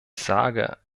sage